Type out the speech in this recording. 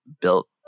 built